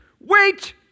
Wait